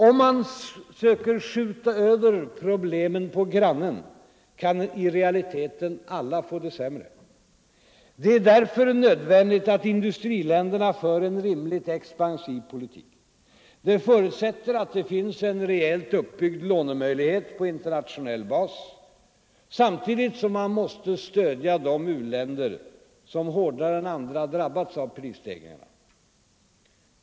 Om man söker skjuta över problemen på grannen kan i realiteten alla få det sämre. Det är därför nödvändigt att industriländerna för en rimligt expansiv politik. Det förutsätter att det finns en rejält uppbyggd lånemöjlighet på internationell bas. Samtidigt måste man stödja de u-länder som hårdare än några andra drabbats av prisstegringarna.